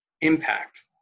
impact